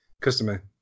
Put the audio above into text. Customer